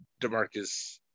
DeMarcus